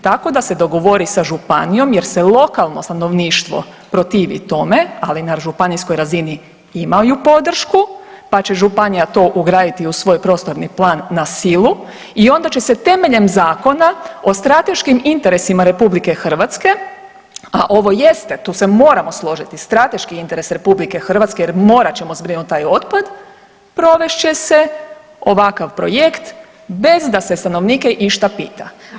Tako da se dogovori sa županijom jer se lokalno stanovništvo protivi tome, ali na županijskoj razini imaju podršku pa će županija to ugraditi u svoj prostorni plan na silu i onda će se temeljem Zakona o strateškim interesima Republike Hrvatske, a ovo jeste tu se moramo složiti strateški interes Republike Hrvatske jer morat ćemo zbrinuti taj otpad provest će se ovakav projekt bez da se stanovnike išta pita.